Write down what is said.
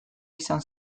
izan